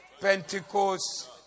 Pentecost